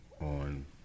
On